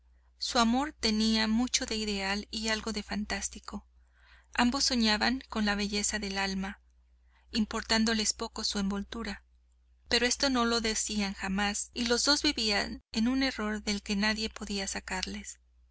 su amor tenía mucho de ideal y algo de fantástico ambos soñaban con la belleza del alma importándoles poco su envoltura pero esto no se lo decían jamás y los dos vivían en un error del que nadie podía sacarles